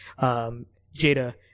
Jada